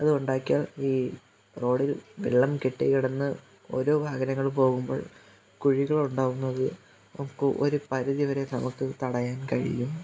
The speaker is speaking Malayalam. അത് ഉണ്ടാക്കിയാൽ ഈ റോഡിൽ വെള്ളം കെട്ടിക്കിടന്ന് ഓരോ വാഹനങ്ങൾ പോകുമ്പോൾ കുഴികൾ ഉണ്ടാവുന്നത് നമുക്ക് ഒരു പരിധിവരെ നമുക്ക് തടയാൻ കഴിയും